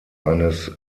eines